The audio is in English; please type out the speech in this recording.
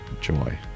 joy